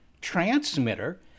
transmitter